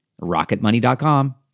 RocketMoney.com